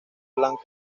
blanco